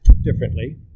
Differently